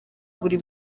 buri